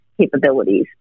capabilities